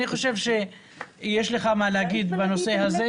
אני חושב שיש לך מה להגיד בנושא הזה.